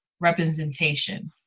representation